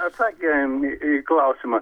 atsakėm į klausimą